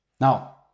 Now